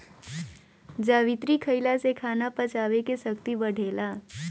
जावित्री खईला से खाना पचावे के शक्ति बढ़ेला